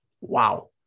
wow